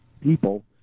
people